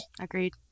Agreed